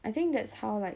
I think that's how like